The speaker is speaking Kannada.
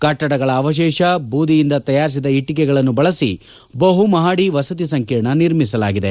ಕಟ್ಟಡಗಳ ಅವಶೇಷ ಬೂದಿಯಿಂದ ತಯಾರಿಸಿದ ಇಟ್ಟಿಗೆಗಳನ್ನು ಬಳಸಿ ಬಹುಮಹಡಿ ವಸತಿ ಸಂಕೀರ್ಣ ನಿರ್ಮಿಸಲಾಗಿದೆ